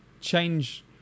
change